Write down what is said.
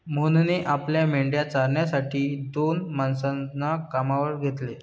मोहनने आपल्या मेंढ्या चारण्यासाठी दोन माणसांना कामावर घेतले